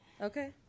Okay